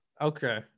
Okay